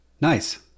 Nice